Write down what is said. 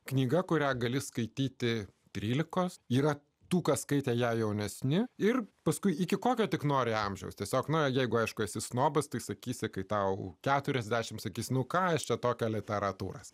knyga kurią gali skaityti trylikos yra tų kas skaitė ją jaunesni ir paskui iki kokio tik nori amžiaus tiesiog na jeigu aišku esi snobas tai sakysi kai tau keturiasdešimt akis nukainota tokia literatūros